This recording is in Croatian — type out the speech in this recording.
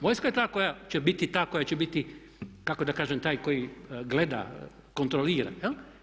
Vojska je ta koja će biti ta koja će biti, kako da kažem, taj koji gleda, kontrolira.